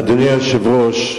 אדוני היושב-ראש,